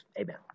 Amen